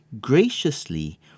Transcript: graciously